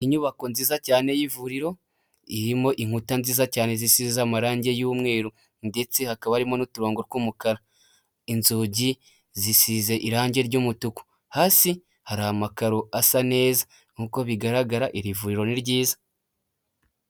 Inyubako nziza cyane y'ivuriro irimo inkuta nziza cyane zisize amarangi y'umweru ndetse hakaba harimo n'uturongo tw'umukara inzugi zisize irangi ry'umutuku hasi hari amakaro asa neza nkuko bigaragara iri vuriro ni ryiza.